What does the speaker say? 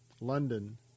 London